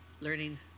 learning